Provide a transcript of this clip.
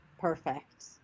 Perfect